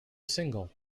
single